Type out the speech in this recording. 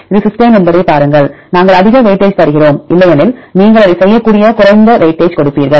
இது சிஸ்டைன் என்பதைப் பாருங்கள் நாங்கள் அதிக வெயிட்டேஜ் தருகிறோம் இல்லையெனில் நீங்கள் அதைச் செய்யக்கூடிய குறைந்த வெயிட்டேஜ் கொடுப்பீர்கள்